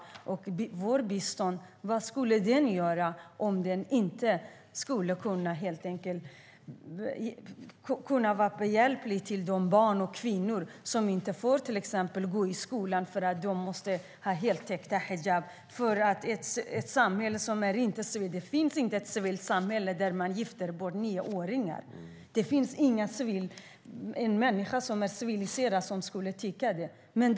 Vad skulle vårt bistånd göra om det inte skulle vara behjälpligt för de barn och kvinnor som till exempel inte får gå i skolan och som måste ha heltäckande hijab? Det finns inte något civiliserat samhälle som gifter bort nioåringar. Det finns ingen civiliserad människa som kan tycka att det är bra.